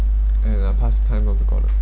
and I'll pass time on to gordon